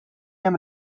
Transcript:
hemm